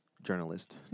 Journalist